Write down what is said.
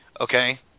Okay